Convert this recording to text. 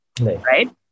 right